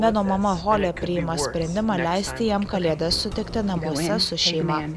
beno mama holė priima sprendimą leisti jam kalėdas sutikti namuose su šeima